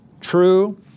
true